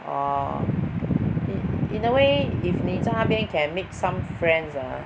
orh in a way if 你在那边 can make some friends ah